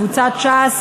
קבוצת ש"ס,